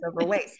overweight